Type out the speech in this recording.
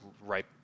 right